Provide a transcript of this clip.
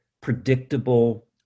predictable